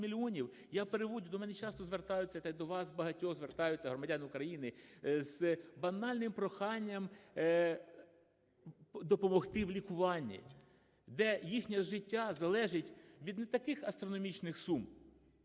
я переводжу… До мене часто звертаються, та й до вас багатьох звертаються громадяни України з банальним проханням допомогти в лікуванні, де їхнє життя залежить від не таких астрономічних сум.